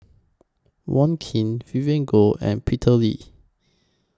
Wong Keen Vivien Goh and Peter Lee